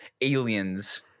Aliens